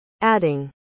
Adding